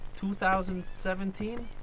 2017